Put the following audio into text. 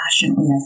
passionately